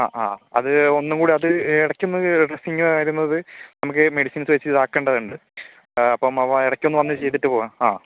ആ ആ അത് ഒന്നും കൂടെ അത് എടക്കൊന്ന് ഡ്രസ്സിങ് വരുന്നത് നമുക്ക് മെഡിസിൻ വെച്ച് ഇതാക്കണ്ടതൊണ്ട് അപ്പം അവ ഇടയ്ക്കൊന്ന് വന്ന് ചെയ്തിട്ട് പോവാം ആ